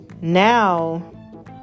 now